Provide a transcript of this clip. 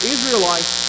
Israelites